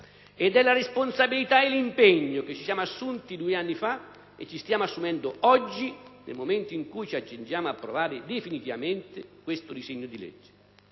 Ed è la responsabilità e l'impegno che ci siamo assunti due anni fa e ci stiamo assumendo oggi, nel momento in cui ci accingiamo ad approvare definitivamente questo disegno di legge.